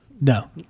No